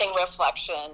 reflection